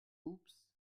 oops